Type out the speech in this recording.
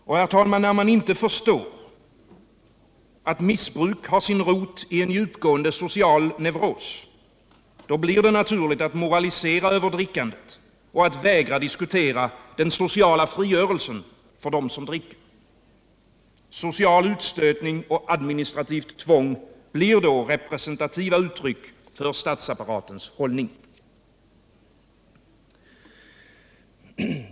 Och, herr talman, när man inte förstår, att missbruk har sin rot i en djupgående social neuros, då blir det naturligt att moralisera över drickandet och att vägra diskutera den sociala frigörelsen för dem som dricker. Social utstötning och administrativt tvång blir då representativa uttryck för statsapparatens hållning.